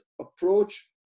approach